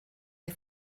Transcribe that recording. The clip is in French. les